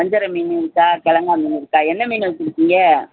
வஞ்சரம் மீன் இருக்கா கெழங்கா மீன் இருக்கா என்ன மீன் வெச்சுருக்கீங்க